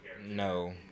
no